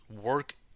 work